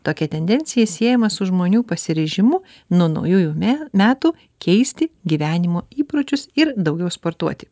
tokia tendencija siejama su žmonių pasiryžimu nuo naujųjų mi metų keisti gyvenimo įpročius ir daugiau sportuoti